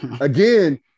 Again